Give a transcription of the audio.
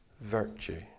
virtue